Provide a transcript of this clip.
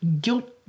guilt